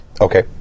Okay